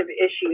issues